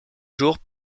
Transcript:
jours